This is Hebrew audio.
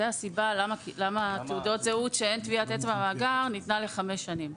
זאת הסיבה לכך שתעודת זהות כשאין טביעת אצבע במאגר ניתנה ל-5 שנים.